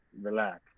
relax